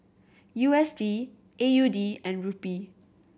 U S D A U D and Rupee